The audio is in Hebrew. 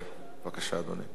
בבקשה, אדוני.